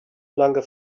longer